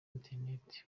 internet